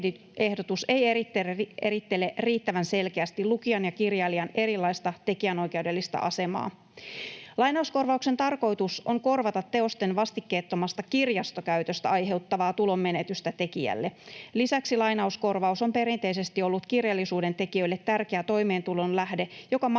ei erittele riittävän selkeästi lukijan ja kirjailijan erilaista tekijänoikeudellista asemaa. Lainauskorvauksen tarkoitus on korvata teosten vastikkeettomasta kirjastokäytöstä aiheutuvaa tulonmenetystä tekijälle. Lisäksi lainauskorvaus on perinteisesti ollut kirjallisuuden tekijöille tärkeä toimeentulon lähde, joka mahdollistaa